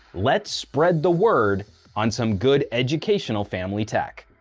let's spread the word on some good educational family tech.